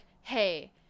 hey